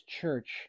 church